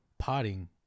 Potting